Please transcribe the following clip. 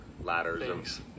ladders